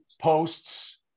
posts